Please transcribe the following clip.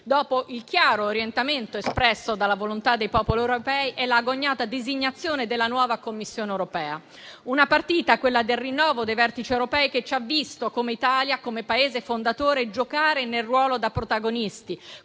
dopo il chiaro orientamento espresso dalla volontà dei popoli europei e l'agognata designazione della nuova Commissione europea. È una partita, quella del rinnovo dei vertici europei, che ci ha visto come Italia, Paese fondatore, giocare nel ruolo di protagonista,